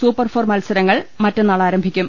Super Four മത്സരങ്ങൾ മറ്റ ന്നാൾ ആരംഭിക്കും